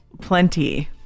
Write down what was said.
plenty